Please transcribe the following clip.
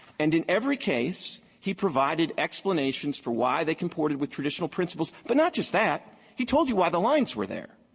and in every case, he provided explanations for why they comported with traditional principles. but not just that, he told you why the lines were there.